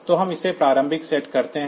तो हम इसे प्रारंभिक सेट करते हैं